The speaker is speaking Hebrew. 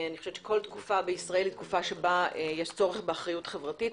כל תקופה במדינת ישראל היא תקופה שבה יש צורך באחריות חברתית,